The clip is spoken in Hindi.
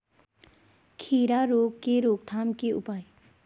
खीरा रोग के रोकथाम के उपाय?